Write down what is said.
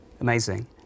Amazing